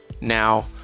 Now